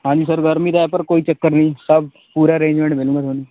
ਹਾਂਜੀ ਸਰ ਗਰਮੀ ਦਾ ਹੈ ਪਰ ਕੋਈ ਚੱਕਰ ਨਹੀਂ ਸਭ ਪੂਰਾ ਅਰੇਜਮੈਂਟ ਮਿਲੇਗਾ ਤੁਹਾਨੂੰ